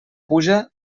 puja